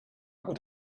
would